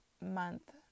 month